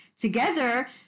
together